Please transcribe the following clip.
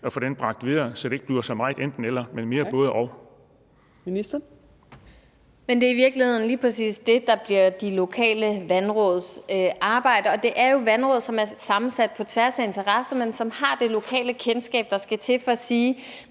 Torp): Ministeren. Kl. 14:58 Miljøministeren (Lea Wermelin): Det er i virkeligheden lige præcis det, der bliver de lokale vandråds arbejde. Det er jo vandråd, som er sammensat på tværs af interesser, men som har det lokale kendskab, der skal til for at vide,